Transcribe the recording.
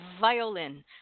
violin